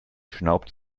schnaubt